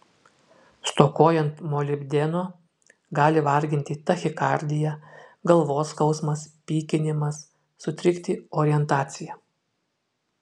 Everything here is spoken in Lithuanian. stokojant molibdeno gali varginti tachikardija galvos skausmas pykinimas sutrikti orientacija